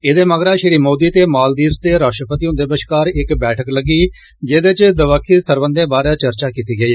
ऐदे मगरा श्री मोदी ते मालदीव्स दे राष्ट्रपति हुन्दे बश्कार इक बैठक लग्गी जेदे च दबक्खी सरबंधे बारे चर्चा कीती गेई